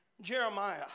Jeremiah